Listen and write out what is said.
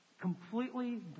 completely